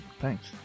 Thanks